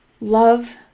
love